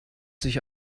sich